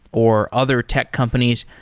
or other tech companies,